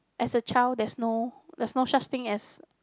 as a child there's no there's no such thing as